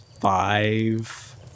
five